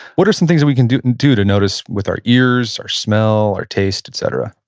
what are some things we can do and do to notice with our ears, our smell, our taste, etc?